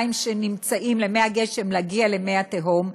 למי הגשם להגיע למי התהום,